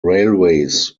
railways